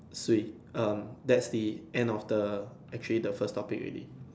Swee um that's the end of the actually the first topic already